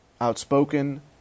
outspoken